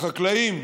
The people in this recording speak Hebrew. החקלאים,